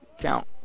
Count